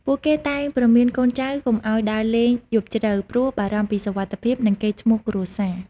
ពួកគេតែងព្រមានកូនចៅកុំឱ្យដើរលេងយប់ជ្រៅ ព្រោះបារម្ភពីសុវត្ថិភាព និងកេរ្តិ៍ឈ្មោះគ្រួសារ។